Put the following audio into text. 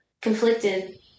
conflicted